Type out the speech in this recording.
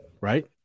right